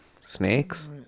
Snakes